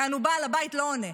יענו, בעל הבית לא עונה.